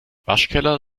waschkeller